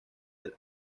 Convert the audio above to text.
del